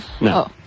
No